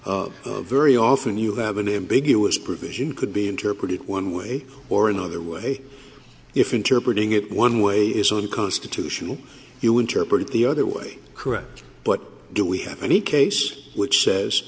be very often you have an ambiguous provision could be interpreted one way or another way if interpret it one way is a little constitutional you interpret it the other way correct but do we have any case which says